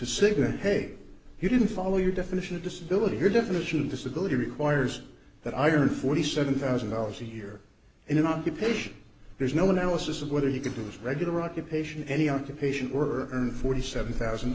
to cigarette paper he didn't follow your definition of disability your definition of disability requires that iron forty seven thousand dollars a year in an occupation there's no analysis of whether you could do the regular occupation any occupation or earn forty seven thousand